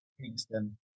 Kingston